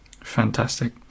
Fantastic